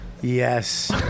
Yes